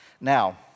Now